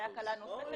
אולי הקלה נוספת,